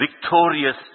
victorious